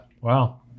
Wow